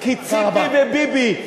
כי ציפי וביבי,